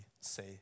say